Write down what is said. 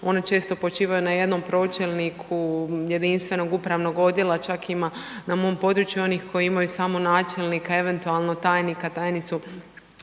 na jednom počivaju na jednom pročelniku jedinstvenog upravnog odjela, čak ima na mom području onih koji imaju samo načelnika eventualno tajnika, tajnicu